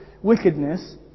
Wickedness